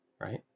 Right